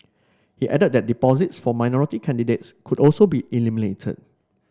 he added that deposits for minority candidates could also be eliminated